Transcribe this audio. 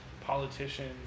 politicians